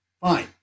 fine